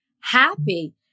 happy